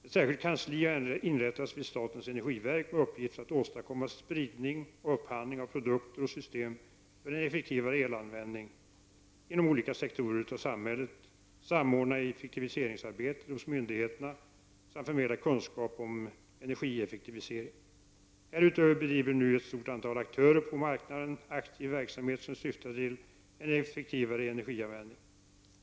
Ett särskilt kansli har inrättats vid statens energiverk med uppgift att åstadkomma spridning och upphandling av produkter och system för en effektivare elanvändning inom olika sektorer av samhället, samordna effektiviseringsarbetet hos myndigheterna samt förmedla kunskap om energieffektivisering. Härutöver bedriver nu ett stort antal aktörer på marknaden aktiv verksamhet som syftar till en effektivare energianvändning.